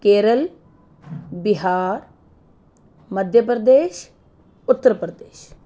Kerala Bihar Madhya Pradesh Uttar Pradesh